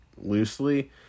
loosely